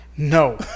No